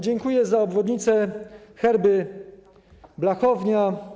Dziękuję za obwodnicę Herby - Blachownia.